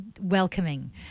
welcoming